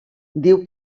diu